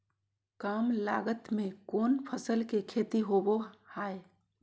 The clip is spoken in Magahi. काम लागत में कौन फसल के खेती होबो हाय?